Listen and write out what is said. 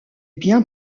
biens